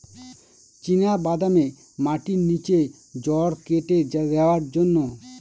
চিনা বাদামে মাটির নিচে জড় কেটে দেওয়ার জন্য কি কী করনীয়?